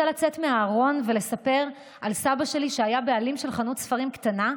רוצה לצאת מהארון ולספר על סבא שלי שהיה בעלים של חנות ספרים קטנה.